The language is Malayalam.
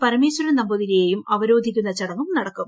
പരമേശ്വരൻ നമ്പൂതിരി യെയും അവരോധിക്കുന്ന ചടങ്ങും നടക്കും